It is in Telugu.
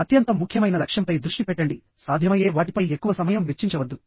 అత్యంత ముఖ్యమైన లక్ష్యంపై దృష్టి పెట్టండి సాధ్యమయ్యే వాటిపై ఎక్కువ సమయం వెచ్చించవద్దు